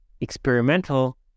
experimental